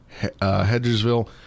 Hedgesville